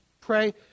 pray